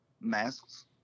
masks